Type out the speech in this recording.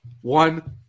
One